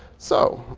so